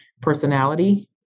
personality